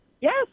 Yes